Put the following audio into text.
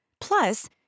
Plus